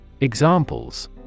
Examples